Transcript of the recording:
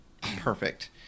Perfect